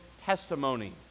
testimony